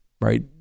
right